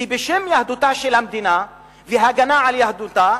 כי בשם יהדותה של המדינה והגנה על יהדותה